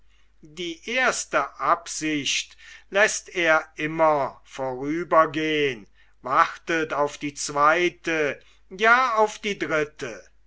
die erste absicht läßt er immer vorüber gehn wartet auf die zweite ja auf die dritte